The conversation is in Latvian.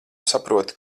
saproti